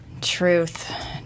Truth